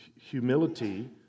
humility